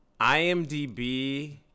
imdb